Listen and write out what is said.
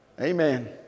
Amen